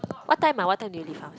what time ah what time do you leave ah